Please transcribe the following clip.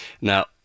now